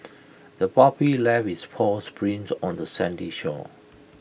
the puppy left its paw's prints on the sandy shore